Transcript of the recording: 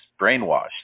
brainwashed